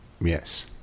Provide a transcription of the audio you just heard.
yes